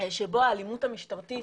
שבו האלימות המשטרתית